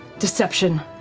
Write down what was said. deception,